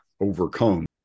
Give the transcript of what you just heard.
overcome